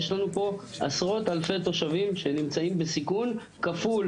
יש לנו פה עשרות אלפי תושבים שנמצאים בסיכון כפול.